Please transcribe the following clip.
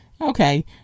okay